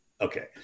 okay